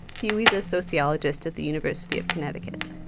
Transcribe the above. hughey's a sociologist at the university of connecticut.